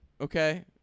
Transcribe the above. okay